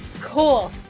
Cool